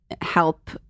help